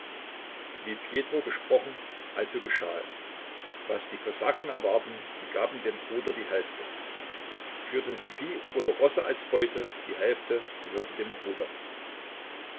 wie pjetro gesprochen also geschah es was die kosaken erwarben sie gaben dem bruder die hälfte führten sie vieh oder rosse als beute die hälfte gehörte dem bruder